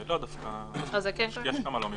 לא, דווקא יש כמה לא מיוצגים.